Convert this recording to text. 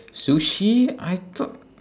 sushi I thought